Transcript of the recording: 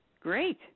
Great